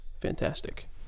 fantastic